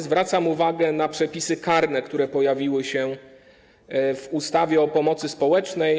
Zwracam uwagę na przepisy karne, które pojawiły się w ustawie o pomocy społecznej.